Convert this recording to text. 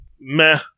meh